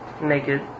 Naked